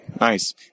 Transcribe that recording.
Nice